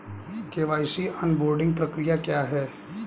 KYC onboarding प्रक्रिया क्या है?